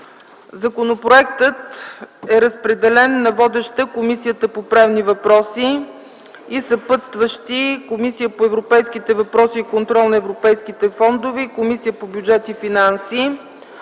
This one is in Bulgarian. Законопроектът е разпределен на водеща – Комисията по правни въпроси, и съпътстващи – Комисията по европейските въпроси и контрол на европейските фондове и Комисията по бюджет и финанси.